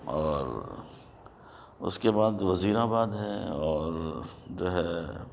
اور اُس کے بعد وزیرآباد ہے اور جو ہے